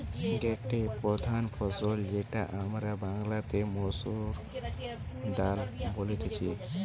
গটে প্রধান ফসল যেটা আমরা বাংলাতে মসুর ডালে বুঝতেছি